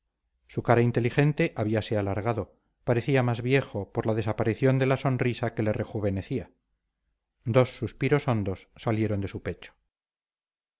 su cara inteligente habíase alargado parecía más viejo por la desaparición de la sonrisa que le rejuvenecía dos suspiros hondos salieron de su pecho